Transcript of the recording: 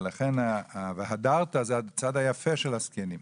ולכן, ה"והדרת" זה הצד היפה של הזקנים.